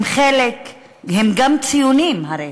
הם גם ציונים הרי,